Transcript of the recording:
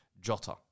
Jota